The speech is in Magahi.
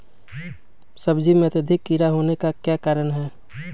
सब्जी में अत्यधिक कीड़ा होने का क्या कारण हैं?